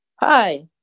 Hi